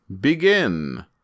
begin